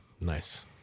Nice